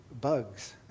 bugs